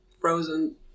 Frozen